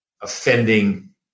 offending